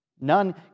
None